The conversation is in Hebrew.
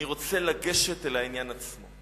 אני רוצה לגשת אל העניין עצמו.